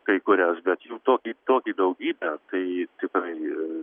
kai kurias bet jų tokį tokį daugybę tai tikrai